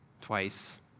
twice